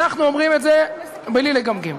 אנחנו אומרים את זה בלי לגמגם: